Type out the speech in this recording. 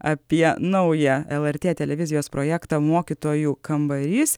apie naują lrt televizijos projektą mokytojų kambarys